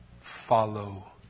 follow